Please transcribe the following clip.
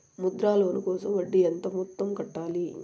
Mudra loan కోసం వడ్డీ ఎంత మొత్తం కట్టాలి